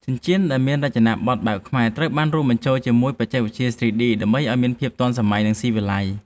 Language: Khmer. ចិញ្ចៀនដែលមានរចនាប័ទ្មបែបខ្មែរត្រូវបានរួមបញ្ចូលជាមួយបច្ចេកវិទ្យា 3D ដើម្បីឱ្យមានភាពទាន់សម័យ និង ស៊ីវិល័យ។